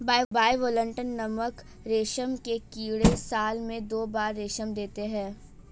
bivoltine नामक रेशम के कीड़े साल में दो बार रेशम देते है